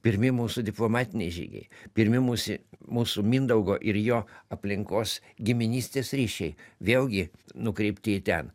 pirmi mūsų diplomatiniai žygiai pirmi musi mūsų mindaugo ir jo aplinkos giminystės ryšiai vėlgi nukreipti į ten